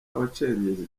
abacengezi